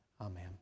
Amen